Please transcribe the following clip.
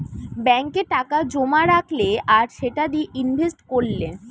ব্যাংকে টাকা জোমা রাখলে আর সেটা দিয়ে ইনভেস্ট কোরলে